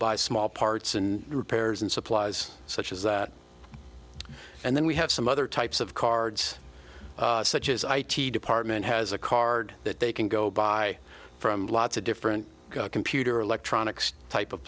buy small parts and repairs and supplies such as that and then we have some other types of cards such as i t department has a card that they can go buy from lots of different computer electronics type of